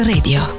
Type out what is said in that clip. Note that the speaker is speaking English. Radio